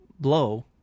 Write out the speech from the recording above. blow